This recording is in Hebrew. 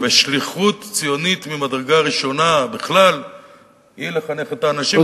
ושליחות ציונית ממדרגה ראשונה בכלל היא לחנך את האנשים,